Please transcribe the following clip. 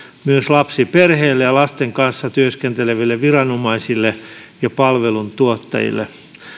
myös lapsiperheille ja lasten kanssa työskenteleville viranomaisille ja palveluntuottajille